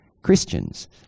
Christians